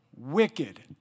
wicked